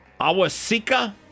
Awasika